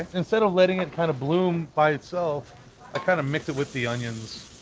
instead of letting it kind of bloom by itself i kind of mix it with the onions,